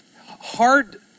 hard